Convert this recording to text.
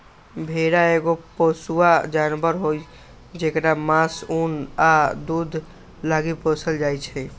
भेड़ा एगो पोसुआ जानवर हई जेकरा मास, उन आ दूध लागी पोसल जाइ छै